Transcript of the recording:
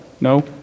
No